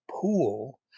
pool